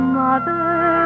mother